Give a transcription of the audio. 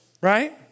right